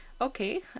Okay